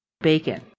bacon